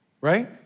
right